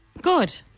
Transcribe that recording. Good